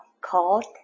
called